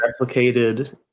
replicated